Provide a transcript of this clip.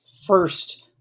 first